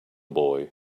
boy